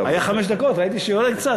היה חמש דקות וראיתי שיורד קצת,